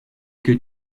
que